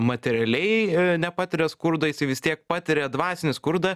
materialiai nepatiria skurdo jisai vis tiek patiria dvasinį skurdą